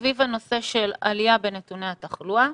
סביב הנושא של עלייה בנתוני התחלואה,